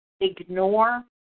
ignore